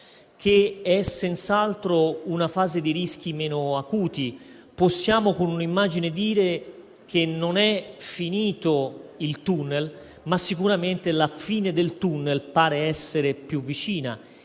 che è senz'altro una fase di rischi meno acuti, pensando che non è finito il tunnel, ma che sicuramente la fine del tunnel pare essere più vicina.